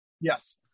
Yes